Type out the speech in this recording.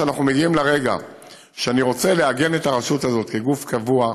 כשאנחנו מגיעים לרגע שאני רוצה לעגן את הרשות הזאת כגוף קבוע,